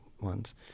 ones